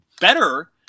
better